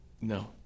No